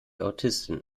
autistin